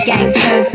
Gangster